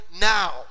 now